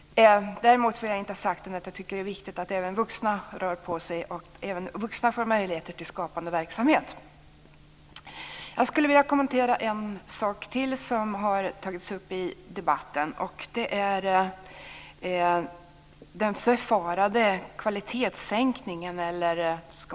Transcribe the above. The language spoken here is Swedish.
Däremot har jag inte sagt att jag inte tycker att det är viktigt att även vuxna rör på sig och att även vuxna får möjligheter till skapande verksamhet. Jag skulle vilja kommentera en sak till som har tagits upp i debatten, nämligen den befarade kvalitetssänkningen.